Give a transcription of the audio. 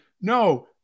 No